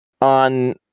on